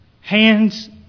hands